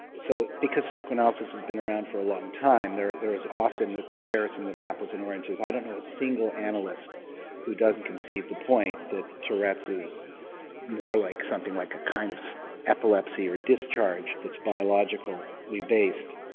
so because psychoanalysis has been around for a long time there there is often the comparison of apples and oranges. i don't know a single analyst who doesn't concede the point that tourette's is more like something like a kind of epilepsy or discharge that's biologically based.